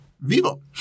Vivo